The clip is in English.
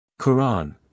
Quran